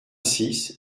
six